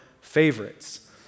favorites